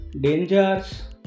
dangers